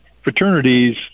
fraternities